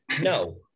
No